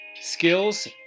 Skills